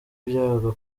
byabaga